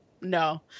no